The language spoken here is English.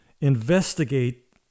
investigate